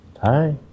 hi